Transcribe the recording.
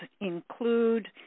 include